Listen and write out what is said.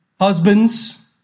Husbands